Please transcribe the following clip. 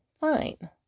fine